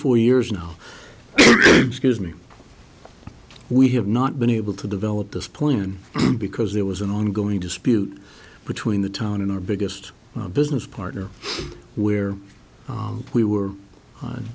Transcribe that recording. four years now excuse me we have not been able to develop this plan because there was an ongoing dispute between the town and our biggest business partner where we were